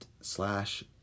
slash